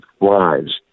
lives